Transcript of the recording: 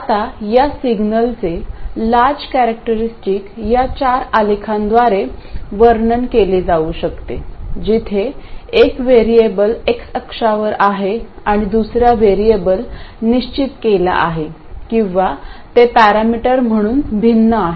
आता या सिग्नलचे लार्ज कॅरेक्टरस्टिक या चार आलेखांद्वारे वर्णन केले जाऊ शकते जिथे एक व्हेरिएबल एक्स अक्षावर आहे आणि दुसरा व्हेरिएबल निश्चित केला आहे किंवा ते पॅरामीटर म्हणून भिन्न आहे